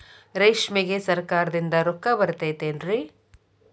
ರೇಷ್ಮೆಗೆ ಸರಕಾರದಿಂದ ರೊಕ್ಕ ಬರತೈತೇನ್ರಿ?